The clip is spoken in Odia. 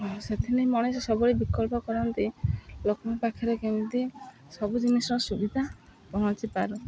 ହ ସେଥିନାଇଁ ମଣିଷ ସବୁବେଳେ ବିକଳ୍ପ କରନ୍ତି ଲୋକଙ୍କ ପାଖରେ କେମିତି ସବୁ ଜିନିଷର ସୁବିଧା ପହଞ୍ଚିପାରୁ